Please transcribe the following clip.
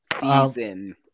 Season